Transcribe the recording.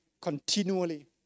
continually